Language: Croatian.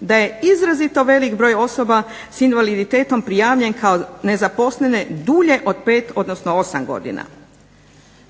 da je izrazito velik broj osoba s invaliditetom prijavljen kao nezaposlene dulje od 5 odnosno 8 godina.